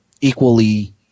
equally